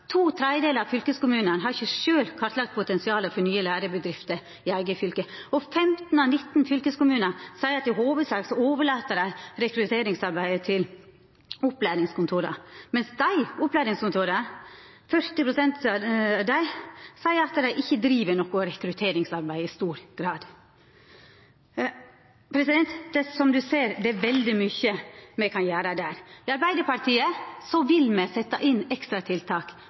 To tredjedelar av fylkeskommunane har ikkje sjølv kartlagt potensialet for nye lærebedrifter i eige fylke. 15 av 19 fylkeskommunar seier at dei i hovudsak overlèt rekrutteringsarbeidet til opplæringskontora, mens 40 pst. av opplæringskontora seier at dei ikkje driv noko rekrutteringsarbeid i stor grad. Som ein ser, er det veldig mykje me kan gjera der. I Arbeidarpartiet vil me setja inn